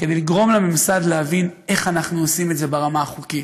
כדי לגרום לממסד להבין איך אנחנו עושים את זה ברמה החוקית.